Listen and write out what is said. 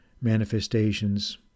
manifestations